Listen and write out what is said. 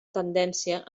tendència